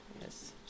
yes